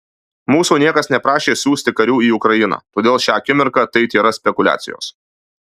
mūsų niekas neprašė siųsti karių į ukrainą todėl šią akimirką tai tėra spekuliacijos